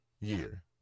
year